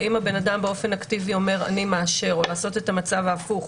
האם הבן אדם באופן אקטיבי אומר "אני מאשר" או לעשות את המצב ההפוך,